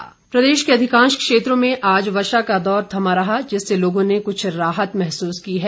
मौसम प्रदेश के अधिकांश क्षेत्रों में आज वर्षा का दौर थमा रहा जिससे लोगों ने कुछ राहत महसूस की है